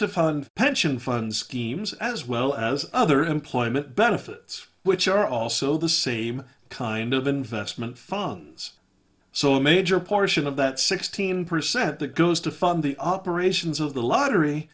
to fund pension fund schemes as well as other employment benefits which are also the same kind of investment funs so a major portion of that sixteen percent that goes to fund the operations of the lottery